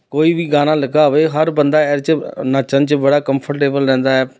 ਕੋਈ ਵੀ ਗਾਣਾ ਲੱਗਾ ਹੋਵੇ ਹਰ ਬੰਦਾ ਇਹਦੇ 'ਚ ਨੱਚਣ 'ਚ ਬੜਾ ਕੰਫਰਟੇਬਲ ਲੈਂਦਾ ਹੈ